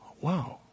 wow